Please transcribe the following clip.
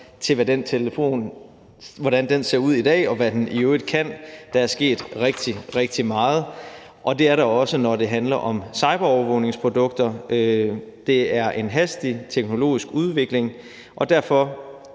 ser, hvordan ens telefon ser ud i dag, og hvad den i øvrigt kan, kan man se, at der er sket rigtig, rigtig meget, og det er der også, når det handler om cyberovervågningsprodukter. Der er er tale om en hastig teknologisk udvikling, og derfor